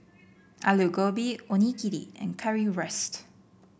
Alu Gobi Onigiri and Currywurst